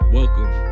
Welcome